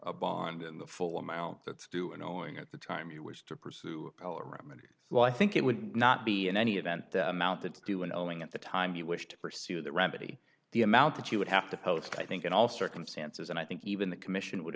a bond in the full amount that's due and owing at the time you wish to pursue remedies well i think it would not be in any event amounted to a knowing at the time you wish to pursue that remedy the amount that you would have to post i think in all circumstances and i think even the commission would